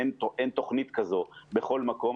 אין תוכנית כזאת בכל מקום,